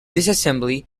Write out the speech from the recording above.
disassembly